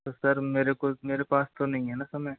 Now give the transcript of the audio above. तो सर मेरे को मेरे पास तो नहीं है ना समय